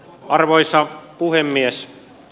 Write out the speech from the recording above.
arvoisa puhemies